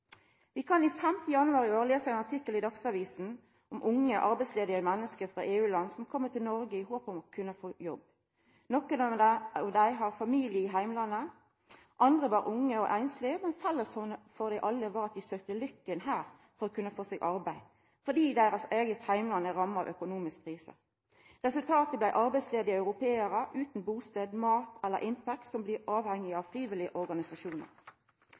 Vi kunne den 5. januar i år lesa ein artikkel i Dagsavisen om unge arbeidsledige menneske frå EU-land som kjem til Noreg i håp om å kunna få jobb. Nokre av dei hadde familie i heimlandet, andre var unge og einslege, men felles for dei alle var at dei søkte lykka her for å kunna få seg arbeid, fordi deira eige heimland er ramma av økonomisk krise. Resultatet blei arbeidsledige europearar utan bustad, mat eller inntekt som blir avhengige av frivillige organisasjonar.